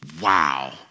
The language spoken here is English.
wow